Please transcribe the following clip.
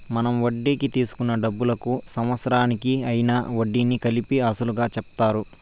మనం వడ్డీకి తీసుకున్న డబ్బులకు సంవత్సరానికి అయ్యిన వడ్డీని కలిపి అసలుగా చెప్తారు